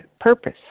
purpose